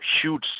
huge